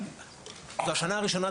זה השנה הראשונה,